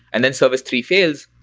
and then service three fails.